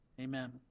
Amen